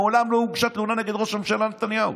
מעולם לא הוגשה תלונה נגד ראש הממשלה נתניהו,